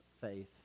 faith